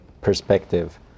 perspective